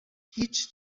هیچ